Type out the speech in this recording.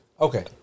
okay